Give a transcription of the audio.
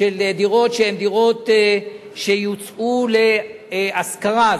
של דירות שיוצאו להשכרה,